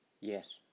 Yes